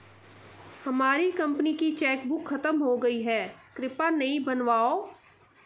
हमारी कंपनी की चेकबुक खत्म हो गई है, कृपया नई बनवाओ